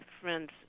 friends